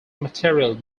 material